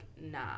nah